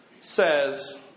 Says